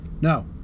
No